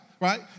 Right